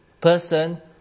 person